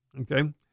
Okay